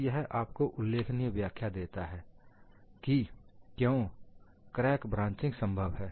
तो यह आपको उल्लेखनीय व्याख्या देता है कि क्यों क्रैक ब्रांचिंग संभव है